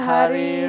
Hari